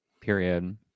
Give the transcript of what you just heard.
Period